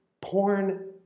porn